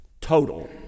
total